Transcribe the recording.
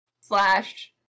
slash